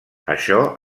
això